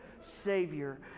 Savior